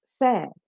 sad